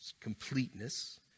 completeness